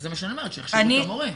זה מה שאני אומרת, שיכשירו את המורים.